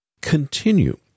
Continue